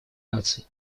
наций